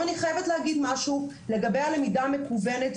אני חייבת להגיד משהו לגבי הלמידה המקוונת,